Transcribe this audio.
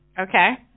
Okay